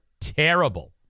Terrible